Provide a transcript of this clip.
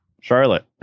Charlotte